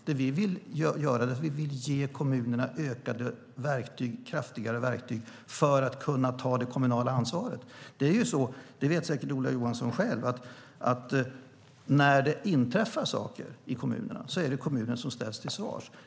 Det vi vill göra är att ge kommunerna kraftigare verktyg för att kunna ta det kommunala ansvaret. Ola Johansson vet säkert själv att när det inträffar saker i kommunerna så är det kommunen som ställs till svars.